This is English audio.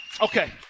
Okay